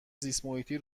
زیستمحیطی